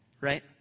right